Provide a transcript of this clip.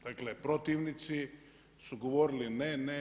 Dakle, protivnici su govorili ne, ne, ne.